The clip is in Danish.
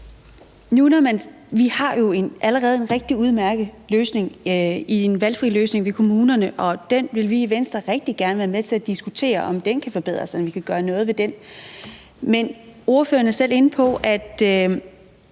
Vi har jo allerede en rigtig udmærket løsning, en valgfri løsning, i kommunerne, og vi vil i Venstre rigtig gerne være med til at diskutere, om den kan forbedres, eller om vi kan gøre noget ved den. Men ordføreren er selv inde på, at